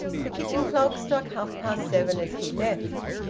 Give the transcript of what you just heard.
the kitchen clock struck half-past seven as he left.